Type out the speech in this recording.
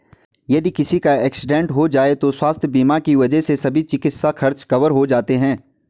यदि किसी का एक्सीडेंट हो जाए तो स्वास्थ्य बीमा की वजह से सभी चिकित्सा खर्च कवर हो जाते हैं